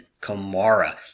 Kamara